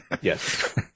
Yes